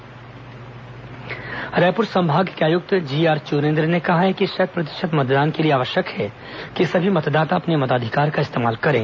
मतदाता जागरूकता अभियान रायपुर संभाग के आयुक्त जीआर चुरेन्द्र ने कहा है कि शत प्रतिशत मतदान के लिए आवश्यक है कि सभी मतदाता अपने मताधिकार का इस्तेमाल करें